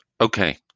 Okay